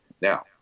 Now